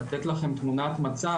לתת לכם תמונת מצב,